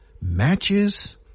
matches